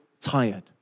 tired